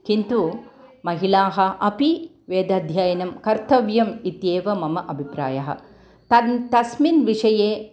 किन्तु महिलाः अपि वेदाध्ययनं कर्तव्यम् इत्येव मम अभिप्रायः थन् तस्मिन् विषये